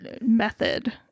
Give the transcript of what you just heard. method